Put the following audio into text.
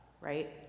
Right